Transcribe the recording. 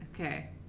Okay